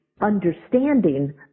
understanding